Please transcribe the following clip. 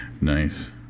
Nice